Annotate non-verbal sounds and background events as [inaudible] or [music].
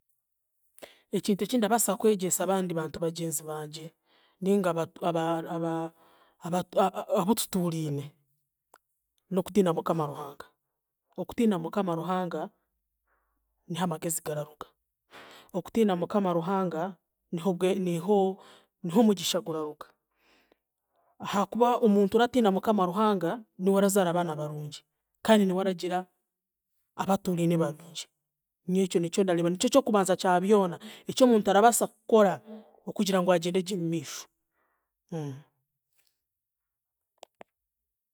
Ekintu eki ndabaasa kwegyesa abandi bantu bagyenzi bangye, ninga abatu aba- aba- abatu abututuuriine, n'okutiina Mukama Ruhanga, okutiina Mukama Ruhanga, niha amagezi gararuga, okutiina Mukama Ruhanga nihobwe niho niho omugisha guraruga, ahaakuba omuntu oratiina Mukama Ruhanga, niwe arazaara abaana barungi kandi niwe aragira abatuuriine barungi nyowe ekyo nikyo ndareebe nikyo kyokubanza kya byona eky'omuntu arabaasa kukora okugira ngu agyendegye omumaisho. [hesitation]